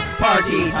party